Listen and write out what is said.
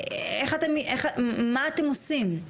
מה אתם עושים?